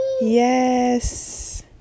Yes